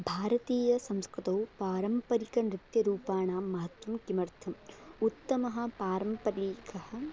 भारतीयसंस्कृतौ पारम्परिकनृत्यरूपाणां महत्त्वं किमर्थम् उत्तमः पारम्परिकः